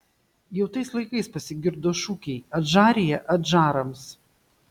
jau tais laikais pasigirdo šūkiai adžarija adžarams